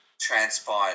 transpired